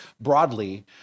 broadly